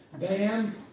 bam